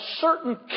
certain